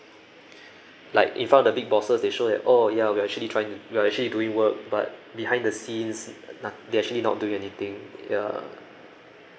like in front of the big bosses they show that oh yeah we actually trying to we are actually doing work but behind the scenes not~ they're actually not doing anything ya